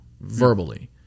verbally